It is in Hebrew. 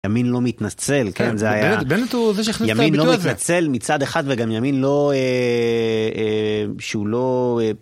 ימין לא מתנצל, כן זה היה, ימין לא מתנצל מצד אחד וגם ימין לא... שהוא לא...